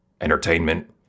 entertainment